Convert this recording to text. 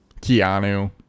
Keanu